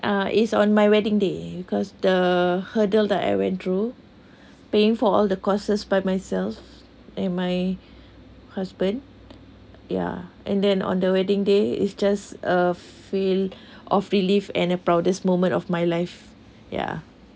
uh is on my wedding day because the hurdle that I went through paying for all the courses by myself and my husband yeah and then on the wedding day is just a feel of relief and a proudest moment of my life ya